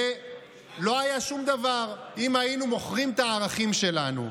ולא היה שום דבר, אם היינו מוכרים את הערכים שלנו.